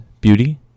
beauty